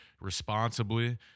responsibly